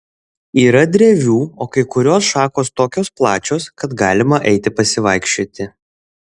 yra drevių o kai kurios šakos tokios plačios kad galima eiti pasivaikščioti